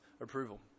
approval